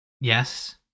Yes